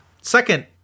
second